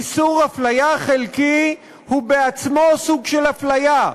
איסור הפליה חלקי הוא בעצמו סוג של הפליה.